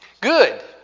Good